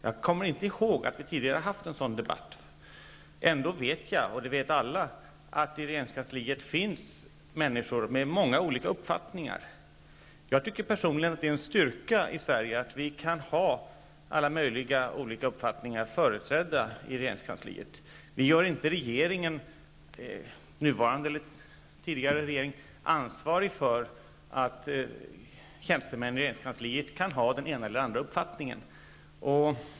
Jag kommer inte ihåg att vi tidigare har fört en sådan debatt. Ändå vet jag -- och det vet alla -- att det i regeringskansliet finns människor som representerar många olika uppfattningar. Jag tycker personligen att det är en styrka i Sverige att vi kan ha alla möjliga olika uppfattningar företrädda i regeringskansliet. Vi gör varken den nuvarande eller den tidigare regeringen ansvarig för att tjänstemännen i regeringskansliet har den ena eller andra uppfattningen.